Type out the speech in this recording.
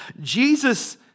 Jesus